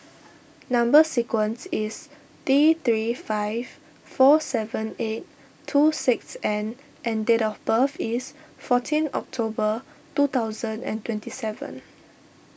Number Sequence is T three five four seven eight two six N and date of birth is fourteen October two thousand and twenty seven